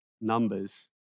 Numbers